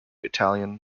italian